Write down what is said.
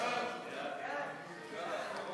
ההצעה להעביר